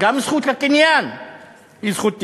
גם זכות הקניין היא זכות טבעית,